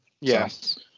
Yes